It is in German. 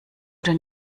denn